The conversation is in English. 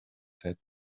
said